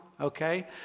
okay